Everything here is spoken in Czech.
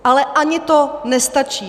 Ale ani to nestačí.